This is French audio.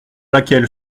laquelle